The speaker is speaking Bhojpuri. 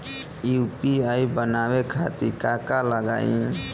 यू.पी.आई बनावे खातिर का का लगाई?